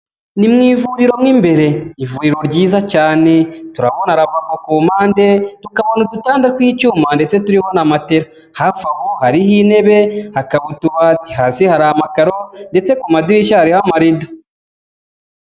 Ni mu ivuriro mo imbere, ivuriro ryiza cyane. Turabona ravabo ku mpande, tukabona udutanda tw'icyuma ndetse turiho na matera. Hafi aho hariho intebe, hakaba utubati, hasi hari amakaro ndetse ku madirishya hariho amarido.